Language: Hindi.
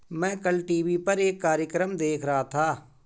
मैं कल टीवी पर एक कार्यक्रम देख रहा था